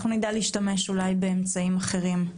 נדע להשתמש באמצעים אחרים.